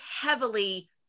heavily